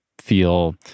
feel